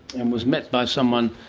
and was met by someone,